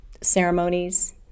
ceremonies